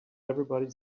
everybody